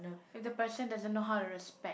if the person doesn't know how to respect